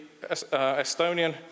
Estonian